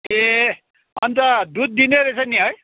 ए अन्त दुध दिने रहेछ नि है